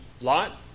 Lot